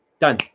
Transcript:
Done